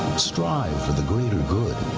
strive for the greater good